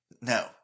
No